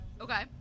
Okay